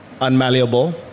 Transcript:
unmalleable